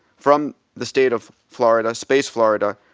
from the state of florida, space florida,